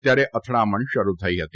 ત્યારે અથડામણ શરૂ થઇ હતી